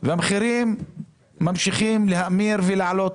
והמחירים ממשיכים להאמיר ולעלות.